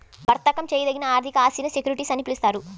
వర్తకం చేయదగిన ఆర్థిక ఆస్తినే సెక్యూరిటీస్ అని పిలుస్తారు